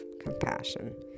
compassion